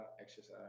exercise